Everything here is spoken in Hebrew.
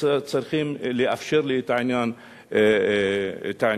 צריכים לאפשר לי את העניין הזה.